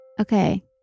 Okay